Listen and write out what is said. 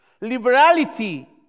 liberality